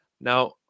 Now